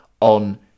on